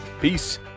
Peace